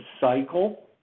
cycle